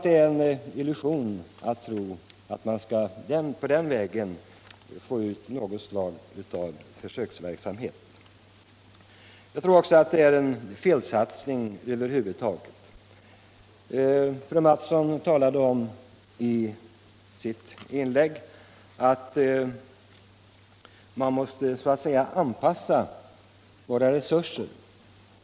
Det är en illusion att tro att man kan få ut något positivt av en sådan försöksverksamhet. Jag tror att det är en felsatsning över huvud taget. Fröken Mattson talade om att man måste anpassa våra resurser.